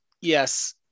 Yes